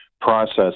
process